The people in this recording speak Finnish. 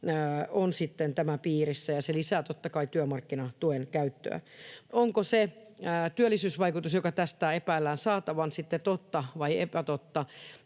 on sitten tämän piirissä, ja se lisää totta kai työmarkkinatuen käyttöä. Onko se työllisyysvaikutus, joka tästä epäillään saatavan, sitten totta vai epätotta?